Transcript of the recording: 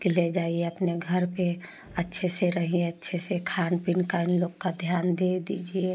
कि ले जाइए अपने घर पर अच्छे से रहिए अच्छे से खान पीन का ई लोग का ध्यान दे दीजिए